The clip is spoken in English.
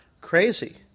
Crazy